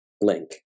link